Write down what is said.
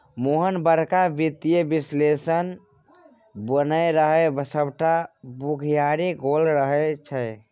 मोहन बड़का वित्तीय विश्लेषक बनय रहय सभटा बुघियारी गोल भए गेलै